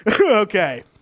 Okay